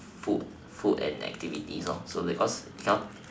food food and activities lor so because cannot